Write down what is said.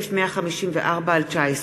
אלעזר שטרן,